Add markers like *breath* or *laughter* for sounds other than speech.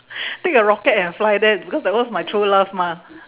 *breath* take a rocket and fly there because that one is my true love mah